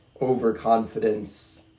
overconfidence